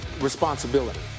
responsibility